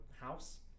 house